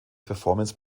performance